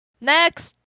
next